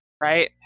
Right